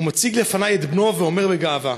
הוא מציג לפני את בנו ואומר בגאווה: